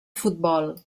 futbol